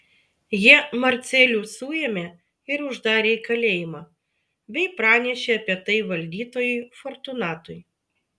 jie marcelių suėmė ir uždarė į kalėjimą bei pranešė apie tai valdytojui fortunatui